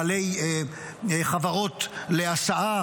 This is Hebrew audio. בעלי חברות להסעה,